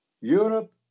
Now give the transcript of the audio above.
Europe